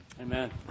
Amen